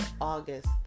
august